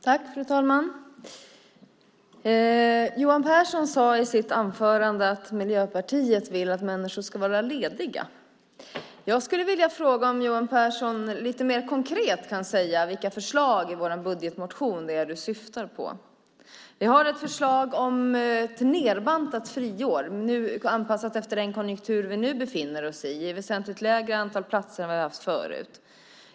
Fru talman! Johan Pehrson sade i sitt anförande att Miljöpartiet vill att människor ska vara lediga. Jag skulle vilja fråga om Johan Pehrson lite mer konkret kan säga vilka förslag i vår budgetmotion han syftar på. Vi har ett förslag om ett nedbantat friår, anpassat efter den konjunktur vi nu befinner oss i med ett väsentligt mindre antal platser än vad vi har haft förut.